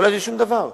אולי זה שום דבר.